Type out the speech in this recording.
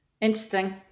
Interesting